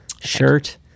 shirt